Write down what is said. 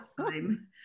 time